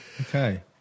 Okay